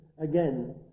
again